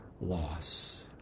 loss